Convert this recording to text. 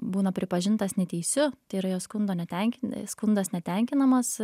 būna pripažintas neteisiu tai yra jo skundo netenkin skundas netenkinamas